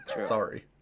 Sorry